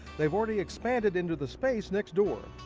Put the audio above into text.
they've already expanded into the space next door.